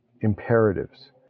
imperatives